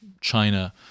China